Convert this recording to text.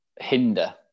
hinder